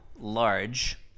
large